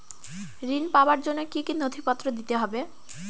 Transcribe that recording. ঋণ পাবার জন্য কি কী নথিপত্র দিতে হবে?